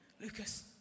Lucas